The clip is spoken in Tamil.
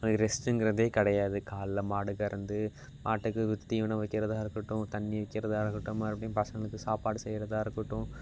அவனுக்கு ரெஸ்ட்டுங்கிறதே கிடையாது காலையில் மாடு கறந்து மாட்டுக்கு தீவனம் வைக்கிறதாக இருக்கட்டும் தண்ணி வைக்கிறதாக இருக்கட்டும் மறுபடியும் பசங்களுக்கு சாப்பாடு செய்கிறதா இருக்கட்டும்